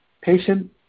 patient